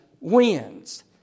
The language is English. wins